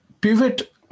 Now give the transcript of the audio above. pivot